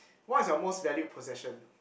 what is your most valued possession